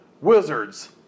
Wizards